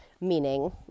Meaning